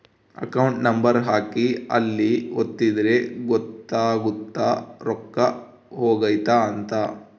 account number ಹಾಕಿ ಅಲ್ಲಿ ಒತ್ತಿದ್ರೆ ಗೊತ್ತಾಗುತ್ತ ರೊಕ್ಕ ಹೊಗೈತ ಅಂತ